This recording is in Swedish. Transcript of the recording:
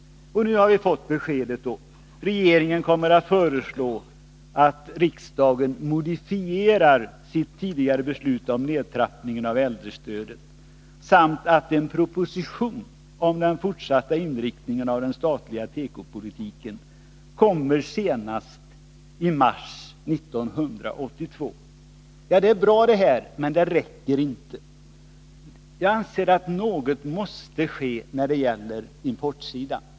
Nu har vi fått beskedet: Regeringen kommer att föreslå att riksdagen modifierar sitt tidigare beslut om nedtrappningen av äldrestödet, och en proposition om den fortsatta inriktningen av den statliga tekopolitiken kommer senast i mars 1982. Det är bra, men det räcker inte. Jag anser att något måste ske när det gäller importsidan.